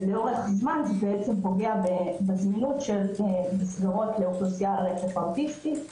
לאורך זמן זה פוגע בזמינות של מסגרות לאוכלוסיות על הרצף האוטיסטי,